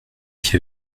qui